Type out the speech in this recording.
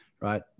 right